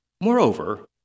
Moreover